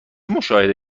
مشاهده